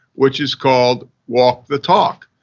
which is called walk the talk.